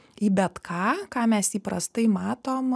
į bet ką ką mes įprastai matom